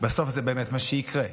בסוף זה באמת מה שיקרה,